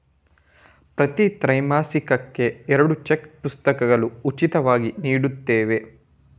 ಪ್ರತಿ ತ್ರೈಮಾಸಿಕಕ್ಕೆ ಎರಡು ಚೆಕ್ ಪುಸ್ತಕಗಳು ಉಚಿತವಾಗಿ ನೀಡುತ್ತವೆ